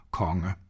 konge